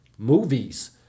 movies